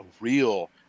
real